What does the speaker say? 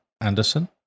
Anderson